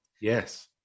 Yes